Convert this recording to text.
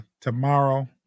tomorrow